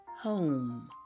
Home